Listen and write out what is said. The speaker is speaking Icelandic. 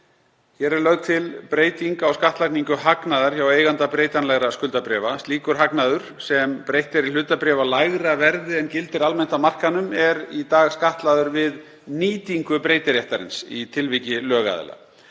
Hér er lögð til breyting á skattlagningu hagnaðar hjá eiganda breytanlegra skuldabréfa. Slíkur hagnaður, sem breytt er í hlutabréf á lægra verði en gildir almennt á markaðnum, er í dag skattlagður við nýtingu breytiréttarins í tilviki lögaðila.